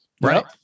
Right